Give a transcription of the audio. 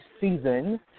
season